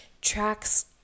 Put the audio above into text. tracks